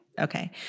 Okay